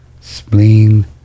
Spleen